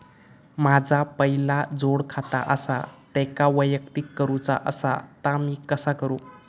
माझा पहिला जोडखाता आसा त्याका वैयक्तिक करूचा असा ता मी कसा करू?